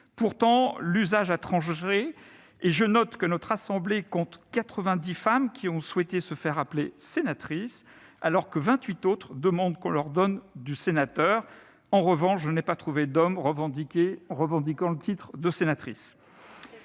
Pourtant, l'usage a tranché, et je note que notre assemblée compte quatre-vingt-dix femmes qui ont souhaité se faire appeler « sénatrices », alors que vingt-huit autres demandent qu'on leur donne du « sénateur ». En revanche, je n'ai pas trouvé d'homme revendiquant le titre de « sénatrice